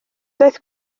daeth